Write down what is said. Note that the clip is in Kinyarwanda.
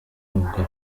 avuga